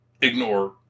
ignore